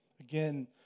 again